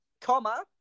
comma